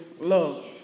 love